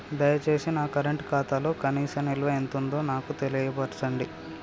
దయచేసి నా కరెంట్ ఖాతాలో కనీస నిల్వ ఎంతుందో నాకు తెలియచెప్పండి